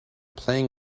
playing